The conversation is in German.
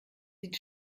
sieht